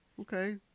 okay